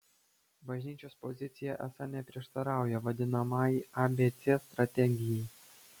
bažnyčios pozicija esą neprieštarauja vadinamajai abc strategijai